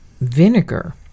Vinegar